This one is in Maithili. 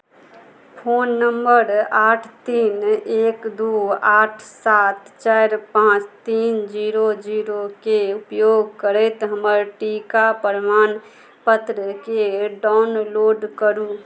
फोन नम्बर आठ तीन एक दू आठ सात चारि पाँच तीन जीरो जीरोके उपयोग करैत हमर टीका प्रमाणपत्रकेँ डाउनलोड करू